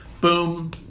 Boom